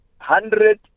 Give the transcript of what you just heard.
hundred